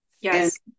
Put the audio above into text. yes